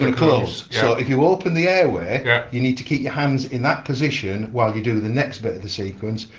close. so, if you open the airway yeah you need to keep your hands in that position while you do the next bit of the sequence,